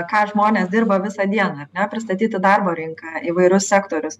ką žmonės dirba visą dieną ar ne pristatyti darbo rinką įvairius sektorius